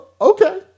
okay